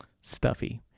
stuffy